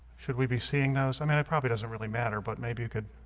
should we be seeing those i mean it probably doesn't really matter, but maybe you could